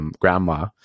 Grandma